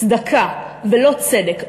צדקה ולא צדק,